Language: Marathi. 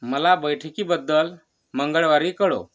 मला बैठकीबद्दल मंगळवारी कळव